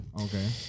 Okay